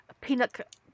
peanut